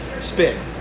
spin